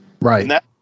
right